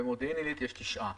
במודיעין עילית יש תשעה